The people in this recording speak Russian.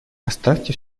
оставьте